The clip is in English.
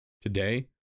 Today